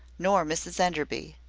nor mrs enderby.